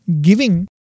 giving